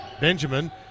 Benjamin